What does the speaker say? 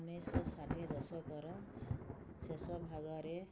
ଉଣେଇଶ ଷାଠିଏ ଦଶକର ଶେଷଭାଗରେ